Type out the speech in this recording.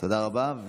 תודה רבה.